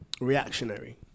reactionary